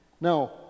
Now